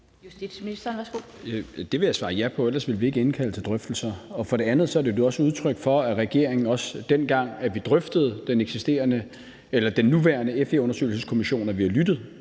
Justitsministeren (Peter Hummelgaard): Det vil jeg svare ja på, ellers ville vi ikke indkalde til drøftelser. For det andet er det også et udtryk for, at regeringen, også dengang vi drøftede den nuværende FE-undersøgelseskommission, har lyttet.